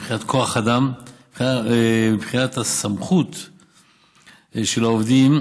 מבחינת כוח אדם ומבחינת הסמכות עובדים,